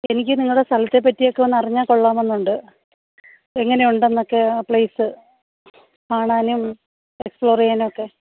എനിക്ക് നിങ്ങളുടെ സ്ഥലത്തെപ്പറ്റിയൊക്കെ ഒന്നറിഞ്ഞാൽ കൊള്ളാമെന്നുണ്ട് എങ്ങനെയുണ്ടെന്നൊക്കെ പ്ലെയ്സ് കാണാനും എക്സ്പ്ലോർ ചെയ്യാനുമൊക്കെ